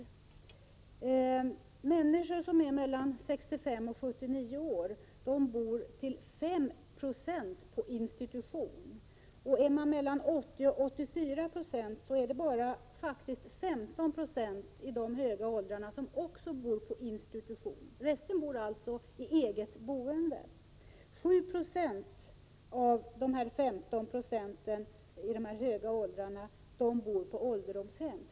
5 20 av de människor som är mellan 65 och 79 år bor på institution. När det gäller dem som är mellan 80 och 84 år är det faktiskt bara 15 96 i de höga åldrarna som bor på institution. För övriga gäller alltså eget boende. 7 Jo av de 15 96 i de höga åldrarna bor på ålderdomshem.